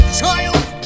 child